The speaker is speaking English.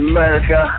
America